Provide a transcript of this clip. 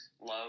love